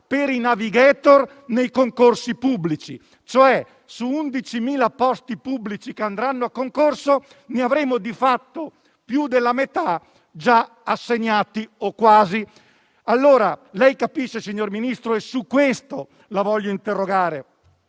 per i *navigator* nei concorsi pubblici: su 11.000 posti pubblici che andranno a concorso, ne avremo di fatto più della metà già assegnati o quasi. Signor Ministro, è su questo che la voglio interrogare